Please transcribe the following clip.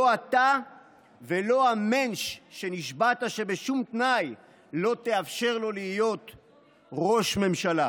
לא אתה ולא המענטש שנשבעת שבשום תנאי לא תאפשר לו להיות ראש ממשלה.